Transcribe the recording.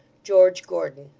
george gordon